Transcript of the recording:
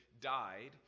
died